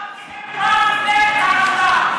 בושה וחרפה,